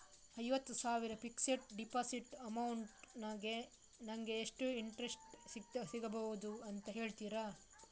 ಐವತ್ತು ಸಾವಿರ fixed deposit amount ಗೆ ನಂಗೆ ಎಷ್ಟು ಇಂಟ್ರೆಸ್ಟ್ ಸಿಗ್ಬಹುದು ಅಂತ ಹೇಳ್ತೀರಾ?